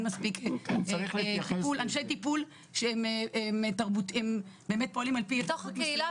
אין מספיק אנשי טיפול שבאמת פועלים על פי --- בתוך הקהילה